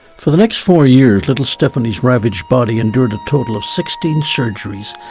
for the next four years little stephanie ravaged body endured a total of sixteen surgeries,